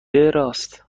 راست